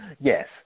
yes